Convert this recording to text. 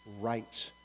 rights